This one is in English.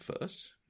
first